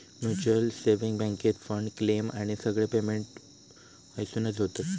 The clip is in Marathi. म्युच्युअल सेंविंग बॅन्केत फंड, क्लेम आणि सगळे पेमेंट हयसूनच होतत